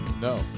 No